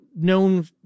known